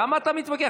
למה אתה מתווכח?